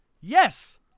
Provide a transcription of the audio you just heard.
Yes